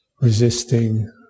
resisting